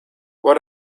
what